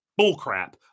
bullcrap